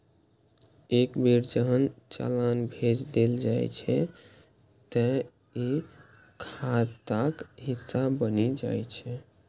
एक बेर जहन चालान भेज देल जाइ छै, ते ई खाताक हिस्सा बनि जाइ छै